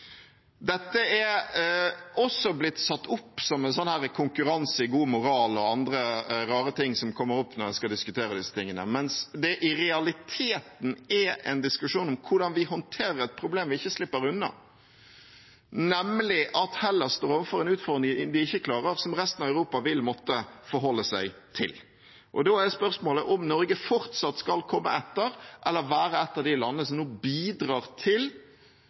Dette er også blitt satt opp som en konkurranse i god moral og andre rare ting som kommer opp når man skal diskutere disse tingene. Men i realiteten er det en diskusjon om hvordan vi håndterer et problem vi ikke slipper unna, nemlig at Hellas står overfor en utfordring de ikke klarer, og som resten av Europa vil måtte forholde seg til. Da er spørsmålet om Norge fortsatt skal komme etter eller være et av de landene som nå bidrar til